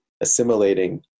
assimilating